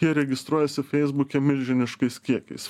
jie registruojasi feisbuke milžiniškais kiekiais